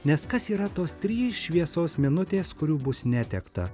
nes kas yra tos trys šviesos minutės kurių bus netekta